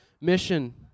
mission